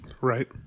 Right